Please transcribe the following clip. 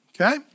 okay